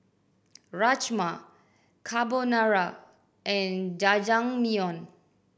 Rajma Carbonara and Jajangmyeon